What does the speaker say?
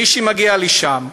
מי שמגיע לשם,